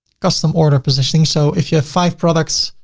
custom order positioning. so if you have five products